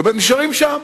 זאת אומרת, נשארים שם,